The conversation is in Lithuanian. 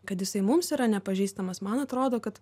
kad jisai mums yra nepažįstamas man atrodo kad